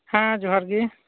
ᱦᱮᱸ ᱡᱚᱦᱟᱨ ᱜᱤ